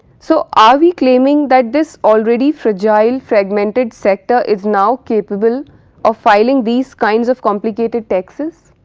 so, are we claiming that this already fragile, fragmented sector is now capable of filing these kinds of complicated taxes?